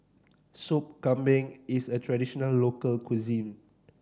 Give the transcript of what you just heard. Sop Kambing is a traditional local cuisine